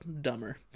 dumber